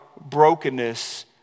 brokenness